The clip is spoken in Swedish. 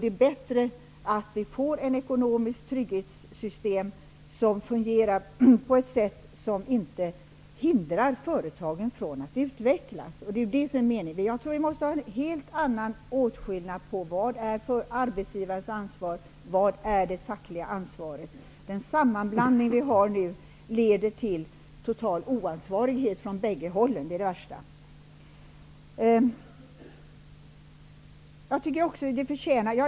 Det är bättre att vi får ett ekonomiskt trygghetssystem som fungerar på ett sådant sätt att företagen inte hindras från att utvecklas. Det är det som är meningen. Jag tror alltså att vi måste göra en helt annan åtskillnad mellan vad som är arbetsgivarens ansvar och vad som är det fackliga ansvaret. Den sammanblandning som nu förekommer leder till en total oansvarighet från bägge hållen, och det är det värsta.